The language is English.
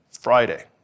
Friday